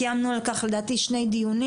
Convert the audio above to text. קיימנו על כך לדעתי שני דיונים,